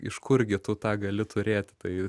iš kurgi tu tą gali turėti tai